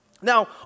Now